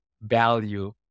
value